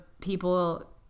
people